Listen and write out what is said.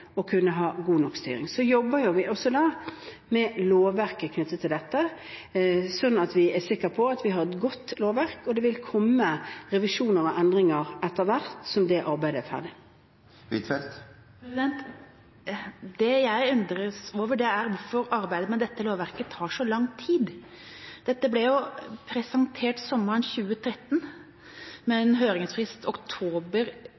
og kunne ha god nok styring. Så jobber vi også med lovverket knyttet til dette, slik at vi er sikre på at vi har et godt lovverk. Det vil komme revisjoner og endringer etter hvert som det arbeidet er ferdig. Det jeg undres over, er hvorfor arbeidet med dette lovverket tar så lang tid. Dette ble jo presentert sommeren 2013, med en høringsfrist oktober